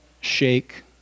shake